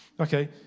Okay